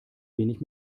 wenig